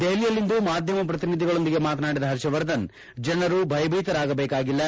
ದೆಹಲಿಯಲ್ಲಿಂದು ಮಾಧ್ಯಮ ಪ್ರತಿನಿಧಿಗಳೊಂದಿಗೆ ಮಾತನಾಡಿದ ಹರ್ಷವರ್ಧನ್ ಜನರು ಭಯಭೀತರಾಗಬೇಕಾಗಿಲ್ಲ